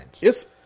Yes